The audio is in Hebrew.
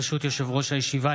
ברשות יושב-ראש הישיבה,